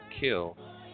kill